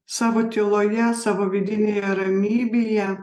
savo tyloje savo vidinėje ramybėje